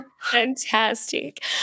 Fantastic